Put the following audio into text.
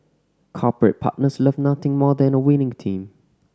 corporate partners love nothing more than a winning team